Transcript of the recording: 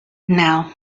now